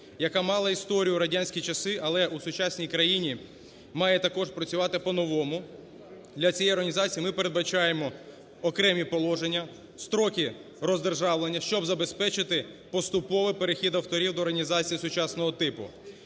яка мала історію в радянські часи, але у сучасній країні має також працювати по-новому. Для цієї організації ми передбачаємо окремі положення, строки роздержавлення, щоб забезпечити поступовий перехід авторів до організації сучасного типу.